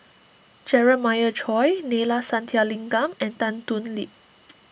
Jeremiah Choy Neila Sathyalingam and Tan Thoon Lip